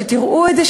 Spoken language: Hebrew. שתראו את זה,